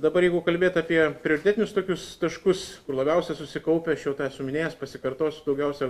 dabar jeigu kalbėt apie prioritetinius tokius taškus kur labiausiai susikaupę aš jau tą esu minėjęs pasikartosiu daugiausia